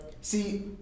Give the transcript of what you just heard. see